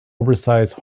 oversize